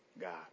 God